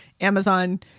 Amazon